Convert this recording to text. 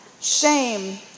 Shame